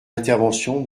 intervention